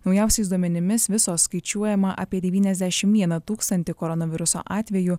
naujausiais duomenimis visos skaičiuojama apie devyniasdešim vieną tūkstantį koronaviruso atvejų